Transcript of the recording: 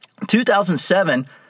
2007